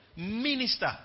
minister